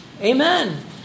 Amen